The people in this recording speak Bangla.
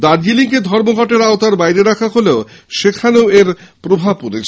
দার্জিলিংকে ধর্মঘটের আওতার বাইরে রাখা হলেও সেখানেও এর প্রভাব পড়েছে